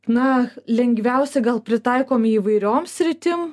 na lengviausia gal pritaikomi įvairiom sritim